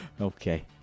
Okay